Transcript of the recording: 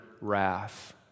wrath